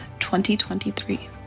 2023